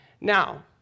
Now